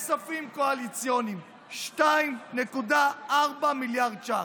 לכספים קואליציוניים, 2.4 מיליארד שקלים.